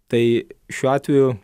tai šiuo atveju